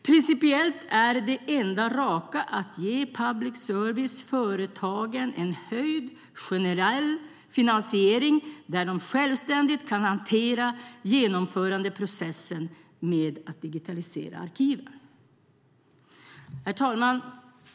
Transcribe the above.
Principiellt är det enda raka att ge public service-företagen en höjd generell finansiering där de självständigt kan hantera genomförandeprocessen med att digitalisera arkiven. Herr talman!